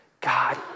God